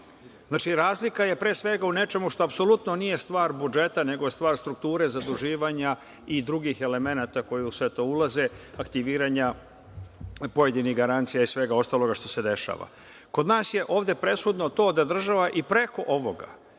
Razlika je, pre svega, u nečemu što apsolutno nije stvar budžeta, nego stvar strukture, zaduživanja i drugih elemenata koji u sve to ulazi, aktiviranja pojedinih garancija i svega ostalog što se dešava. Kod nas je ovde presudno to da država i preko ovoga,